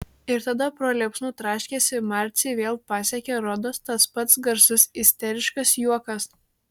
ir tada pro liepsnų traškesį marcį vėl pasiekė rodos tas pats garsus isteriškas juokas